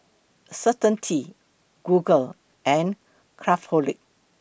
Certainty Google and Craftholic